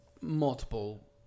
multiple